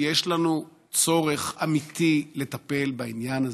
יש לנו צורך אמיתי לטפל בעניין הזה.